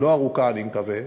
לא ארוכה אני מקווה,